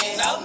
no